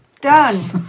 Done